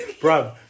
Bro